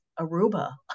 Aruba